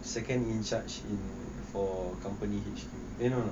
second in charge in for company H_Q eh no no